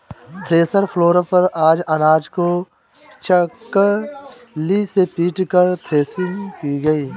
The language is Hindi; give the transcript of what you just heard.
थ्रेसर फ्लोर पर अनाज को चकली से पीटकर थ्रेसिंग की गई